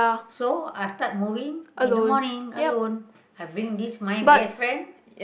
so I started moving in the morning alone have been this my best friend